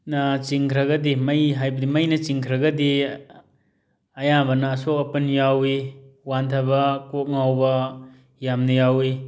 ꯅ ꯆꯤꯡꯒ꯭ꯔꯒꯗꯤ ꯃꯩ ꯍꯥꯏꯕꯗꯤ ꯃꯩꯅ ꯆꯤꯡꯈ꯭ꯔꯒꯗꯤ ꯑꯌꯥꯝꯕꯅ ꯑꯁꯣꯛ ꯑꯄꯟ ꯌꯥꯎꯋꯤ ꯋꯥꯟꯊꯕ ꯀꯣꯛ ꯉꯥꯎꯕ ꯌꯥꯝꯅ ꯌꯥꯎꯋꯤ